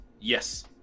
Yes